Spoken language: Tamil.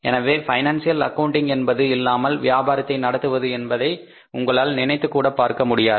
எனவே பைனான்சியல் ஆக்கவுண்டிங் என்பது இல்லாமல் வியாபாரத்தை நடத்துவது என்பதை உங்களால் நினைத்துக்கூட பார்க்க முடியாது